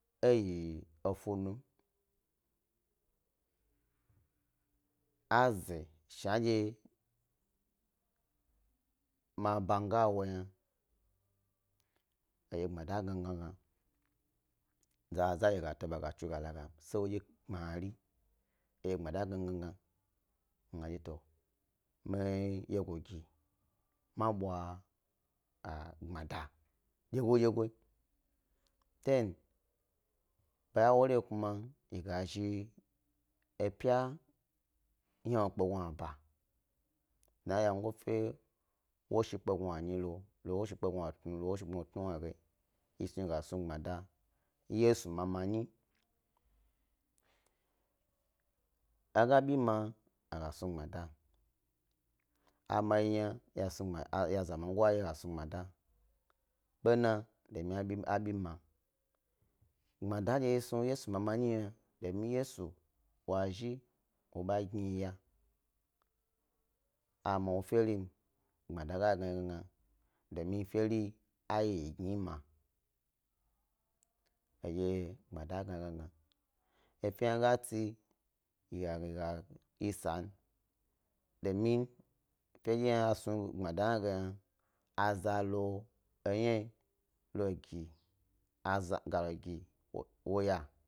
Eyi efunum, a ze shnadye mi ba mi a wo yna hedye gbmada agna mi gna, zaza yiyo ka tsu ga la ga ynam tse wodye gbmari, hedye gbma da agna migna mi ga dye to mi wyegoyi mi gna ma bwa gbmada dyegodyego. Than baya wori kuma yi ga zhi epya ynawo kpe gn'aba dna ywyep gope woshi kpe gnanyi lo lo washi kpe gnatnuge lo woshi kpe tnuwnu wyi ge yi snu yi gas nu gbmada yesu mamanyi, aga abi ma aga snu gbmada, a ma yi yna ya zamaga a snu gbmada bena a abi ma. Gbmada ndye yi snu yesu mamanyi yna domin yesu wa zhi wo ba gni yi ya, ama woferin, gbmada a gna yi gna domin feri a yi gni ma, he dye gbmada a gna yi gna efe hna ga tsi hega hega dyi sam domi fedye a snu gbmada hna ge yna a zalo gna lo gi, ga lo gi naya.